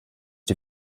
die